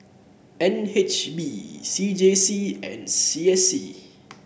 N H B C J C and C S C